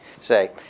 say